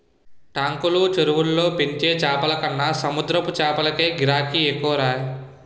టాంకులు, చెరువుల్లో పెంచే చేపలకన్న సముద్రపు చేపలకే గిరాకీ ఎక్కువరా